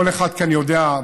כל אחד כאן יודע,